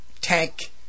Tank